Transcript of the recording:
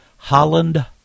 Holland